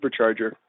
Supercharger